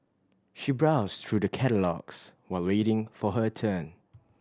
she browsed through the catalogues while waiting for her turn